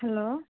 hello